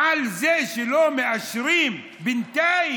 על זה שלא מאשרים בינתיים